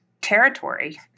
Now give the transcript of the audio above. territory